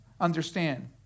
understand